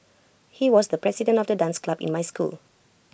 he was the president of the dance club in my school